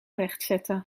rechtzetten